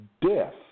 death